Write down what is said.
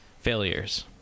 failures